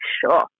Sure